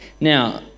Now